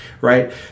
right